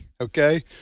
okay